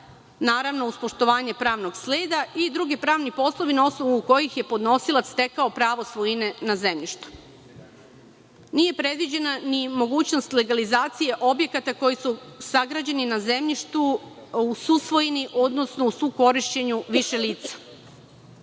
naravno, uz poštovanje pravnog sleda, kao i drugi pravni poslovi na osnovu kojih je podnosilac stekao pravo svojine na zemljištu. Nije predviđena ni mogućnost legalizacije objekata koji su sagrađeni na zemljištu u susvojini, odnosno u sukorišćenju više